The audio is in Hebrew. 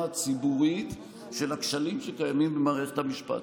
הציבורית של הכשלים שקיימים במערכת המשפט.